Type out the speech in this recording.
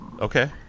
Okay